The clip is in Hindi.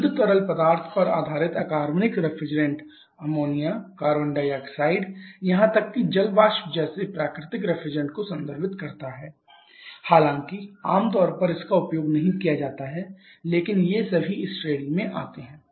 शुद्ध तरल पदार्थ पर आधारित अकार्बनिक रेफ्रिजरेंट अमोनिया कार्बन डाइऑक्साइड यहां तक कि जल वाष्प जैसे प्राकृतिक रेफ्रिजरेंट को संदर्भित करता है हालांकि आमतौर पर इसका उपयोग नहीं किया जाता है लेकिन ये सभी इस श्रेणी में आते हैं